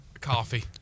coffee